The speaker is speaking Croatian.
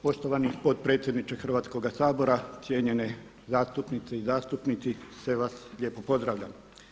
Poštovani potpredsjedniče Hrvatskoga sabora, cijenjene zastupnice i zastupnici, sve vas lijepo pozdravljam.